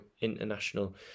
international